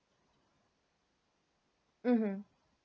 mmhmm